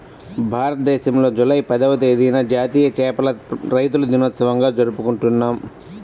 భారతదేశంలో జూలై పదవ తేదీన జాతీయ చేపల రైతుల దినోత్సవంగా జరుపుకుంటున్నాం